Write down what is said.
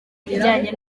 bijyanye